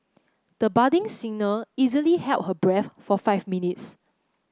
the budding singer easily held her breath for five minutes